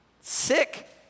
Sick